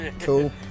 Cool